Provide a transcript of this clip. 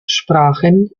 sprachen